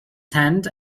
tent